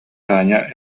таня